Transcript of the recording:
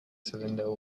cylinder